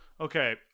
Okay